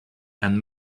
and